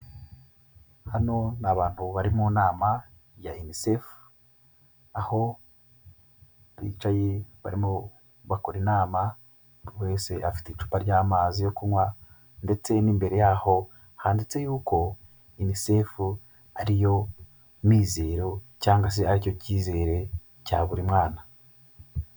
Hano ni abantu bari mu nama ya UNICEF, aho bicaye barimo bakora inama buri wese afite icupa ry'amazi yo kunywa ndetse n'imbere yaho handitse yuko UNICEF ariyo mizero cyangwa se aricyo cyizere cya buri mwana.